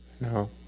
No